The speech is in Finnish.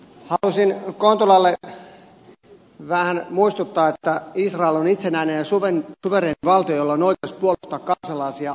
halusin kontulalle vähän muistuttaa että israel on itsenäinen ja suvereeni valtio jolla on oikeus puolustaa kansalaisiaan ja myös velvollisuus siihen